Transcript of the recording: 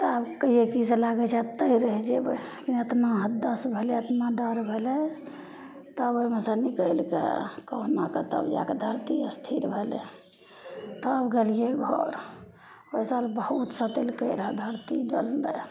तब कहियै की से लागय छै ओतय रहि जेबय एतना हदस भेलय एतना डर भेलय तब ओइमे से निकलिके कहुनाके तब जाके धरती स्थिर भेलय तब गेलियै घर ओइ साल बहुत सतेलकय रऽ धरती डोलनाइ